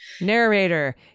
narrator